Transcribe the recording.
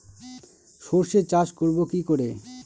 সর্ষে চাষ করব কি করে?